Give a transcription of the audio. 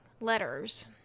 letters